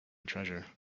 treasure